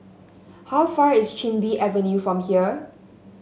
how far is Chin Bee Avenue from here